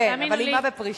כן, אבל היא איימה בפרישה.